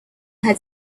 had